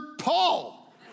Paul